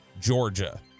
Georgia